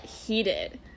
heated